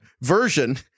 version